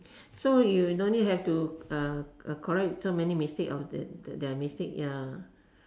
so you no need have to uh uh correct so many mistakes of their their mistake ya